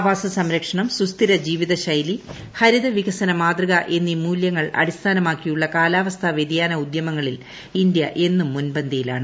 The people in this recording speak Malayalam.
ആവാസ സംരക്ഷണം സുസ്ഥിര ജീവിതശൈലി ഹരിത വികസന മാതൃക എന്നീ മൂലൃങ്ങൾ അടിസ്ഥാനമാക്കിയുള്ള കാലാവസ്ഥാ വൃതിയാന ഉദൃമങ്ങളിൽ ഇന്ത്യ എന്നും മുൻപന്തിയിലാണ്